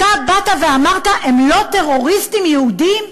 אתה באת ואמרת: הם לא טרוריסטים יהודים.